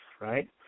right